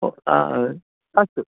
ओ अस्तु